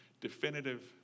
definitive